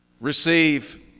receive